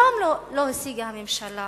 כלום לא השיגה הממשלה